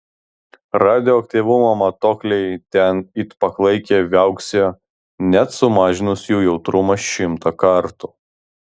radioaktyvumo matuokliai ten it paklaikę viauksėjo net sumažinus jų jautrumą šimtą kartų